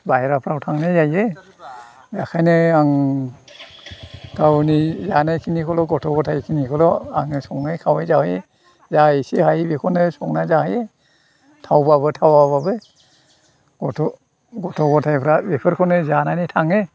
बायह्राफ्राव थांनाय जायो आखायनो आं गावनि जानाय खिनिखौल' गथ' गथाइ खिनिखौल' आङो सङै खावै जाहोयो जा एसे हायो बेखौनो संना जाहोयो थावबाबो थावाबाबो गथ' गथाइफ्रा बेफोरखौनो जानानै थाङो